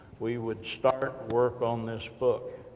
we would start work on this book.